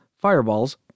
fireballs